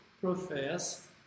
profess